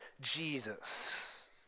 jesus